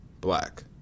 Black